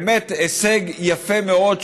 באמת הישג יפה מאוד,